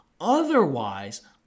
Otherwise